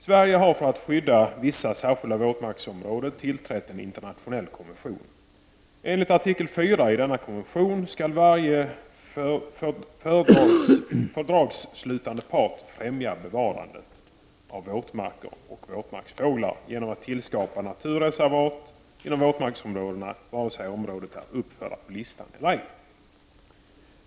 Sverige har, för att skydda vissa särskilda våtmarksområden, tillträtt en internationell konvention. Enligt artikel 4i denna konvention skall varje fördragsslutande part främja bevarandet av våtmarker och våtmarksfåglar genom att tillskapa naturreservat inom våtmarksområdena, vare sig området är uppfört på den föreskrivna listan eller ej.